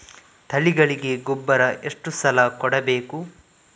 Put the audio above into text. ತಳಿಗಳಿಗೆ ಗೊಬ್ಬರ ಎಷ್ಟು ಸಲ ಕೊಡಬೇಕು?